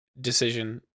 decision